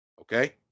okay